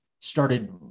started